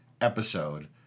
episode